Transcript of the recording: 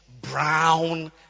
brown